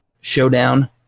Showdown